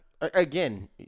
Again